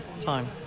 time